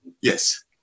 Yes